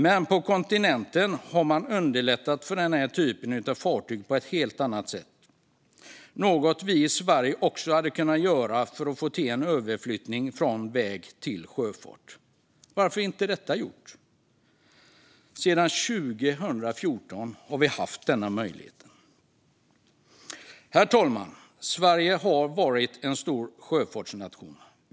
Men på kontinenten har man underlättat för den här typen av fartyg på ett helt annat sätt, något vi i Sverige också hade kunnat göra för att få till en överflyttning från väg till sjöfart. Varför är inte detta gjort? Sedan 2014 har vi haft denna möjlighet. Herr talman! Sverige har varit en stor sjöfartsnation.